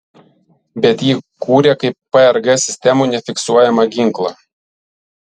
bet jį kūrė kaip prg sistemų nefiksuojamą ginklą